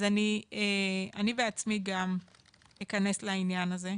אז אני בעצמי גם אכנס לעניין הזה,